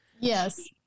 Yes